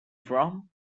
from